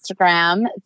Instagram